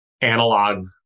analog